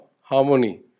harmony